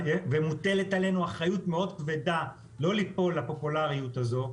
ומוטלת עלינו אחריות מאוד כבדה לא ליפול לפופולריות הזו,